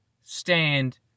Stand